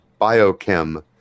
Biochem